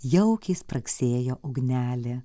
jaukiai spragsėjo ugnelė